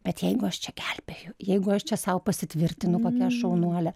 bet jeigu aš čia gelbėju jeigu aš čia sau pasitvirtinu kokia aš šaunuolė